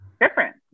different